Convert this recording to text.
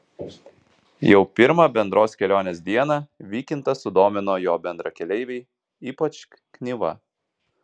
jau pirmą bendros kelionės dieną vykintą sudomino jo bendrakeleiviai ypač knyva